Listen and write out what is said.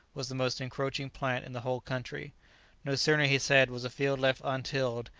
was the most encroaching plant in the whole country no sooner, he said, was a field left untilled,